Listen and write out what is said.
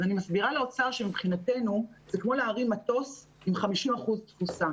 אני מסבירה לאוצר שמבחינתנו זה כמו להרים מטוס עם 50% תפוסה.